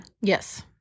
Yes